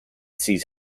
sees